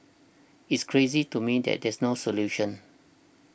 it's crazy to me that there's no solution